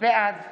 בעד